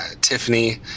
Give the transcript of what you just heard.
Tiffany